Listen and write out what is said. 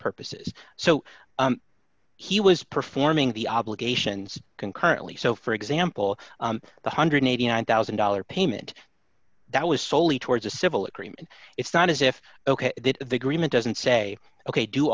purposes so he was performing the obligations concurrently so for example the one hundred and eighty nine thousand dollars payment that was soley towards a civil agreement it's not as if ok the agreement doesn't say ok do